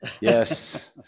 Yes